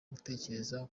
gutekereza